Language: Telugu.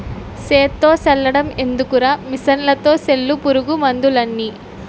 సేత్తో సల్లడం ఎందుకురా మిసన్లతో సల్లు పురుగు మందులన్నీ